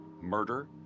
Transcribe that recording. murder